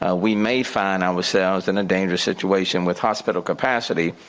ah we may find ourselves in a dangerous situation with hospital capacity.